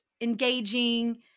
engaging